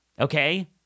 Okay